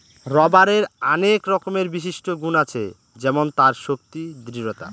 রবারের আনেক রকমের বিশিষ্ট গুন আছে যেমন তার শক্তি, দৃঢ়তা